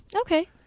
Okay